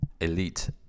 elite